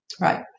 Right